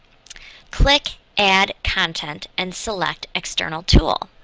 click add content and select external tool.